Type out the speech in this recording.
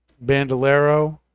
bandolero